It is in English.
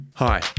Hi